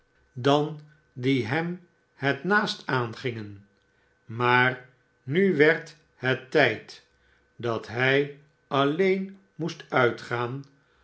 dan die hem het naast aangingen maar nu werd het tijd dat hij alleen moest mtgaan